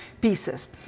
pieces